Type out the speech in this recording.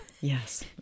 Yes